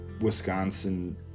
Wisconsin